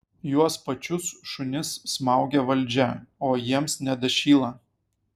juos pačius šunis smaugia valdžia o jiems nedašyla